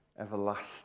everlasting